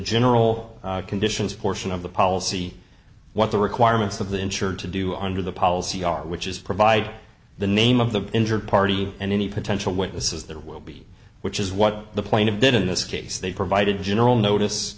general conditions portion of the policy what the requirements of the insurer to do under the policy are which is provide the name of the injured party and any potential witnesses there will be which is what the point of did in this case they provided general notice